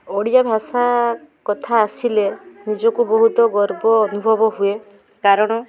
ଓଡ଼ିଆ ଭାଷା କଥା ଆସିଲେ ନିଜକୁ ବହୁତ ଗର୍ବ ଅନୁଭବ ହୁଏ କାରଣ